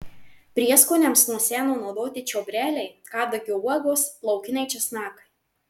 prieskoniams nuo seno naudoti čiobreliai kadagio uogos laukiniai česnakai